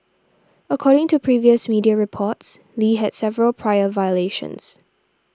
according to previous media reports Lee had several prior violations